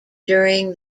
during